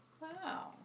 Wow